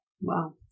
Wow